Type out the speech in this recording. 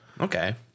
okay